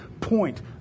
point